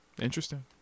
Interesting